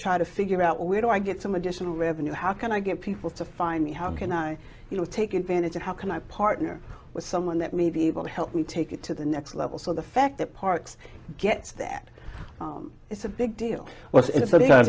try to figure out where do i get some additional revenue how can i get people to find me how can i you know take advantage of how can i partner with someone that may be able to help me take it to the next level so the fact that parks gets that it's a big deal once and so they